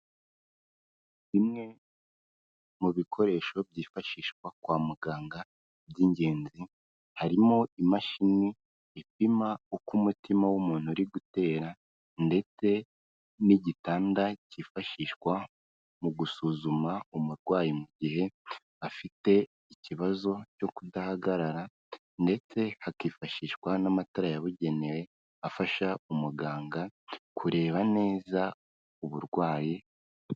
Bimwe mu bikoresho byifashishwa kwa muganga by'ingenzi harimo imashini ipima uko umutima w'umuntu uri gutera ndetse n'igitanda kifashishwa mu gusuzuma umurwayi mu gihe afite ikibazo cyo kudahagarara ndetse hakifashishwa n'amatara yabugenewe afasha umuganga kureba neza uburwayi.